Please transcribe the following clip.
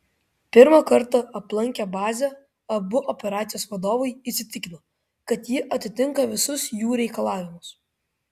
pirmą kartą aplankę bazę abu operacijos vadovai įsitikino kad ji atitinka visus jų reikalavimus